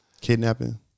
Kidnapping